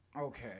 Okay